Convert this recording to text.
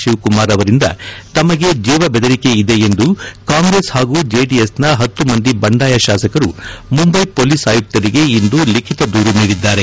ಶಿವಕುಮಾರ್ ಅವರಿಂದ ತಮಗೆ ಜೀವ ಬೆದರಿಕೆ ಇದೆ ಎಂದು ಕಾಂಗ್ರೆಸ್ ಹಾಗೂ ಜೆಡಿಎಸ್ನ ಹತ್ತು ಮಂದಿ ಬಂಡಾಯ ಶಾಸಕರು ಮುಂಬೈ ಪೊಲೀಸ್ ಆಯುಕ್ತರಿಗೆ ಇಂದು ಲಿಖಿತ ದೂರು ನೀಡಿದ್ದಾರೆ